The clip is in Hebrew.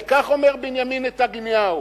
וכך אומר בנימין נתניהו,